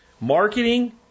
Marketing